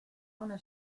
una